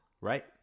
right